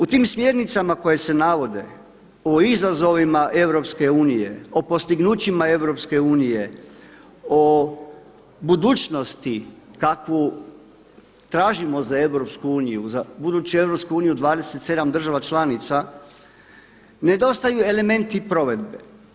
U tim smjernicama koje se navode, o izazovima EU, o postignućima EU, o budućnosti kakvu tražimo za EU, buduću EU 27 država članica nedostaju elementi provedbe.